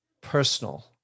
personal